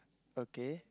okay